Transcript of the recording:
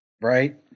Right